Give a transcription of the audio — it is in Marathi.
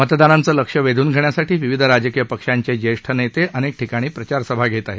मतदारांचं लक्ष वेधून घेण्यासाठी विविध राजकीय पक्षांचे ज्येष्ठ नेते अनेक ठिकाणी प्रचारसभा घेत आहेत